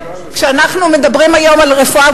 כשאנחנו מדברים היום על רפואה,